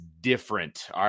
different